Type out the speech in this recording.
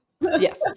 yes